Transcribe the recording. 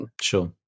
Sure